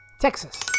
Texas